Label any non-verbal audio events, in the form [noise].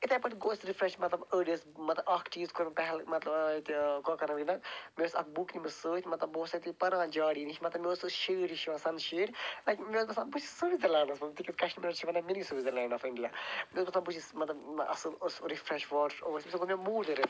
یِتھٔے پٲٹھۍ گوٚو اسہِ رِفریٚش مطلب أڈۍ ٲسۍ مطلب اَکھ چیٖز کوٚر پہل مطلب ٲں ییٚتہِ کۄکَر یہِ نا مےٚ ٲسۍ اَکھ بُک نِمٔژ سۭتۍ مطلب بہٕ اوٚسُس أتہِ یہِ پَران جھاڑی نِش مطلب مےٚ ٲس سۄ شیڈ ہش ۄسان اتہِ مےٚ اوس باسان بہٕ چھُس سویزرلینڈَس منٛز کشمیٖرَس چھِ ونان منی سویزرلینٛڈ آف اِنڈیا مےٚ اوس باسان مطلب بہٕ چھُس اصٕل مطلب اصٕل ٲس رِفریٚش واٹرَس [unintelligible] تَمہِ سۭتۍ گوٚو مےٚ موٗڈ تہِ رِفریٚش